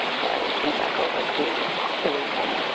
so i will turn it back over to the lead center.